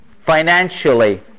financially